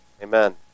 Amen